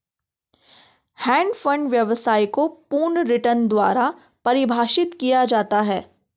hedge fund व्यवसाय को पूर्ण रिटर्न द्वारा परिभाषित किया जाता है